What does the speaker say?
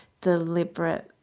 deliberate